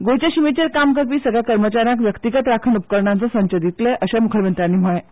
गोंयच्या शिमेचेर काम करपी सगल्या कर्मचाऱ्यांक व्यक्तीगत राखण उपकरणांचो संच दितले अशेंय मुखेलमंत्र्यांनी म्हणलें